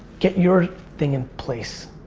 get your thing in place.